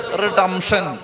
redemption